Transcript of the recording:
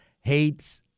hates